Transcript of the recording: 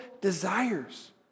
desires